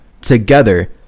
together